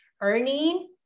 earning